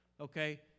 Okay